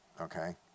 okay